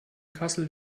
kassel